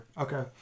Okay